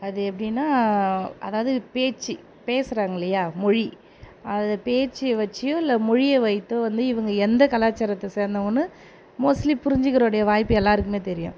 அது எப்படின்னா அதாவது பேச்சு பேசுகிறாங்க இல்லையா மொழி அதை பேச்சியை வச்சுயோ இல்லை மொழியை வைத்தோ வந்து இவங்க எந்த கலாச்சாரத்தை சேர்ந்தவங்கன்னு மோஸ்ட்லி புரிஞ்சுக்கிறவருடைய வாய்ப்பு எல்லோருக்குமே தெரியும்